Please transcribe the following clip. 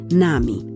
nami